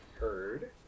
heard